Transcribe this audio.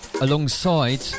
alongside